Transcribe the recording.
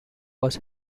was